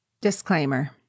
Disclaimer